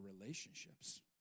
relationships